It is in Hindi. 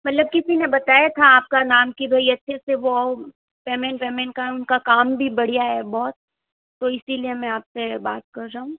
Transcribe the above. मतलब किसी ने बताया था आपका नाम कि भाई अच्छे से वो पेमेंट वेमेंट कम उनका काम भी बढ़िया है बहुत तो इसलिए मैं आपसे बात कर रहा हूँ